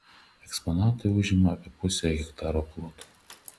eksponatai užima apie pusę hektaro ploto